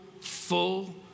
full